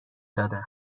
دادم